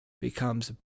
becomes